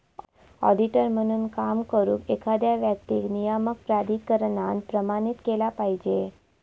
auditor म्हणून काम करुक, एखाद्या व्यक्तीक नियामक प्राधिकरणान प्रमाणित केला पाहिजे